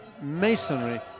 masonry